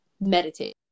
meditate